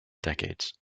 decades